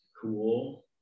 cool